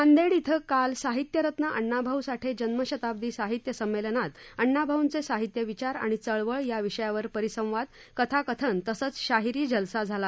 नांदेड इथं काल साहित्यरत्न अण्णाभाऊ साठे जन्मशताब्दी साहित्य संमेलनात अण्णाभाऊंचे साहित्य विचार आणि चळवळ या विषयावर परिसंवाद कथाकथन तसंच शाहिरी जलसा झाला